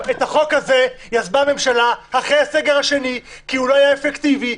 את החוק הזה יזמה הממשלה אחרי הסגר השני כי הוא לא היה אפקטיבי,